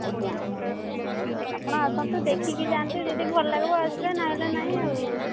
ଆଜ୍ଞା ଆପଣ ଆସନ୍ତୁ ଦେଖିକି ଯାଆନ୍ତୁ ଯଦି ଭଲ ଲାଗିବ ଆସିବେ ନହେଲେ ନାଇଁ ଆଉ